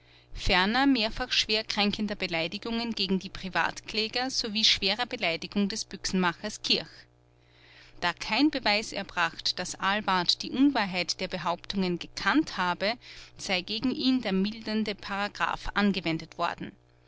ferner mehrfacher schwer kränkender beleidigungen gegen die privatkläger sowie schwerer beleidigung des büchsenmachers kirch da kein beweis erbracht daß ahlwardt die unwahrheit der behauptungen gekannt habe sei gegen ihn der mildernde paragraph angewendet worden